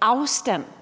Arbejdsgiverforenings